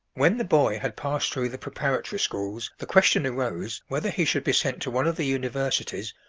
when the boy had passed through the preparatory schools, the question arose, whether he should be sent to one of the universities,